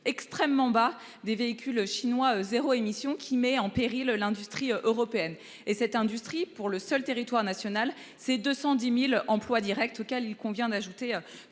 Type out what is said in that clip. extrêmement bas des véhicules chinois zéro émission qui met en péril l'industrie européenne et cette industrie pour le seul territoire national ces 210.000 emplois Directs, auxquels il convient d'ajouter